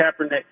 Kaepernick